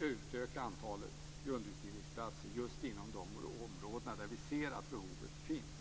utöka antalet grundutbildningsplatser just inom dessa områden där vi ser att behovet finns.